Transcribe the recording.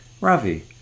Ravi